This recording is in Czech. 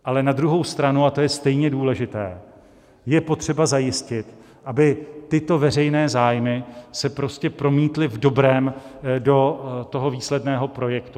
Ale na druhou stranu, a to je stejně důležité, je potřeba zajistit, aby tyto veřejné zájmy se promítly v dobrém do výsledného projektu.